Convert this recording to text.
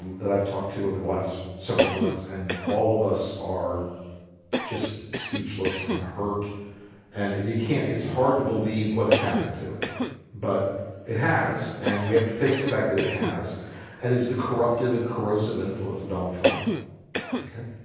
that i've talked to over the last several months and all of us are just speechless and hurt and you can't it's hard to believe what has happened to him but it has and we have to face the fact that it it has and is the corruptive and corrosive influence of donald trump okay